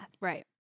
Right